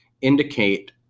indicate